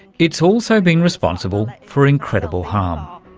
it's also been responsible for incredible harm.